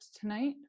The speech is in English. tonight